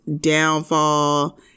Downfall